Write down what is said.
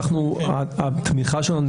התמיכה שלנו,